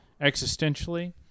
Existentially